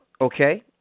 okay